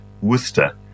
Worcester